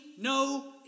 no